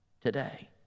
today